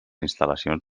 instal·lacions